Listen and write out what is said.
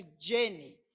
journey